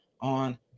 on